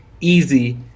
Easy